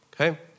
okay